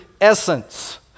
essence